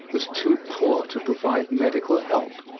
was too poor to provide medical help.